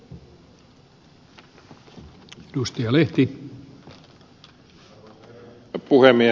arvoisa puhemies